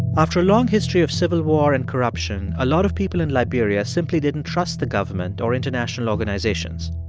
after long history of civil war and corruption, a lot of people in liberia simply didn't trust the government or international organizations.